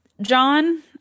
John